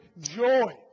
joy